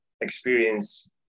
experience